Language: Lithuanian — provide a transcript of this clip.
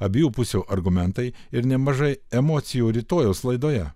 abiejų pusių argumentai ir nemažai emocijų rytojaus laidoje